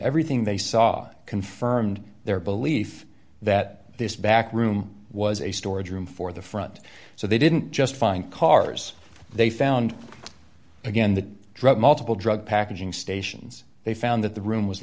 everything they saw confirmed their belief that this back room was a storage room for the front so they didn't just find cars they found again the drug multiple drug packaging stations they found that the room was